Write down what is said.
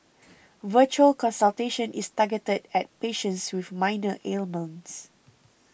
virtual consultation is targeted at patients with minor ailments